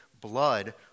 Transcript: blood